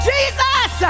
Jesus